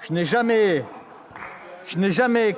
Je n'ai jamais